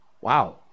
Wow